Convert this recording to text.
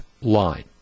Line